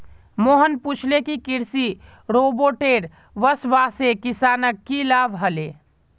मोहन पूछले कि कृषि रोबोटेर वस्वासे किसानक की लाभ ह ले